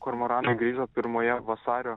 kormoranai grįžo pirmoje vasario